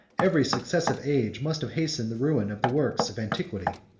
every successive age must have hastened the ruin of the works of antiquity.